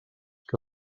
que